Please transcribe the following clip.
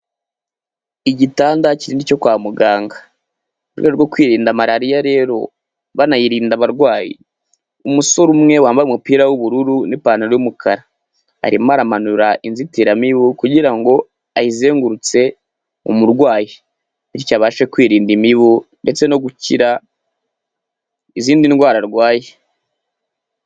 Igitanda kinini cyo kwa muganga. Mu rwego rwo kwirinda malariya rero, banayirinda abarwayi, umusore umwe wambaye umupira w'ubururu n'ipantaro y'umukara, arimo aramanura inzitiramibu kugira ngo ayizengurutse umurwayi, bityo abashe kwirinda imibu ndetse no gukira izindi ndwara arwaye.